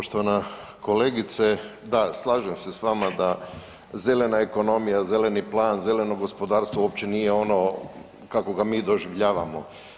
Poštovana kolegice, da slažem se s vama da zelena ekonomija, Zeleni plan, zeleno gospodarstvo uopće nije ono kako ga mi doživljavamo.